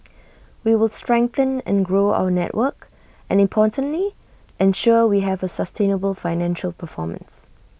we will strengthen and grow our network and importantly ensure we have A sustainable financial performance